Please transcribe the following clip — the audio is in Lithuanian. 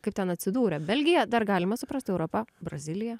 kaip ten atsidūrė belgija dar galima suprasti europa brazilija